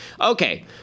Okay